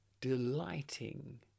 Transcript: delighting